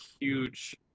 huge